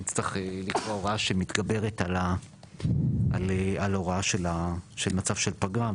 נצטרך לקבוע הוראה שמתגברת על הוראה של מצב של פגרה,